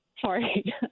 Sorry